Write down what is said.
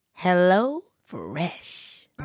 HelloFresh